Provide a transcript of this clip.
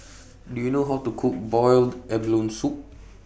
Do YOU know How to Cook boiled abalone Soup